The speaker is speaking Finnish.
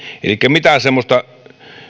elikkä mitään semmoista